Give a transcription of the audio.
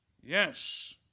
Yes